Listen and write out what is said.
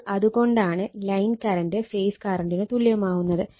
അപ്പോൾ അത് കൊണ്ടാണ് ലൈൻ കറണ്ട് ഫേസ് കറണ്ടിന് തുല്യമാവുന്നത്